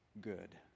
good